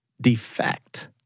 defect